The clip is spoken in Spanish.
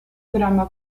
drama